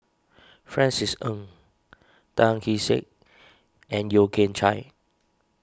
Francis Ng Tan Kee Sek and Yeo Kian Chye